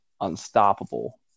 unstoppable